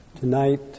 Tonight